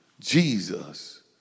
Jesus